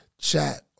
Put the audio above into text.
chat